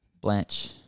Blanche